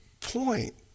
point